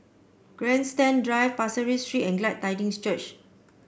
Grandstand Drive Pasir Ris Street and Glad Tidings Church